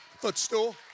footstool